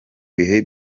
bihe